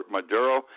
Maduro